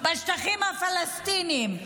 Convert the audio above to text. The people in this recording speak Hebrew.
בשטחים הפלסטינים.